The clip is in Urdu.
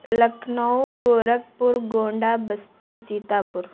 لکھنؤ گورکھ پور گونڈہ بستی سیتاپور